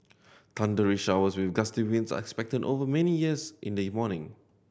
thundery showers with gusty winds are expected over many years in the morning